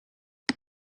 but